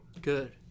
Good